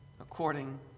According